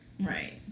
Right